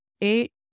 eight